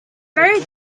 very